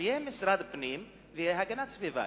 שיהיה משרד הפנים והגנת הסביבה.